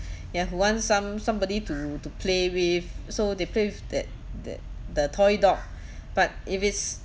ya who wants some somebody to to play with so they play with that that the toy dog but if it's